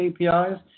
APIs